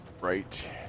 right